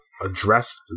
addressed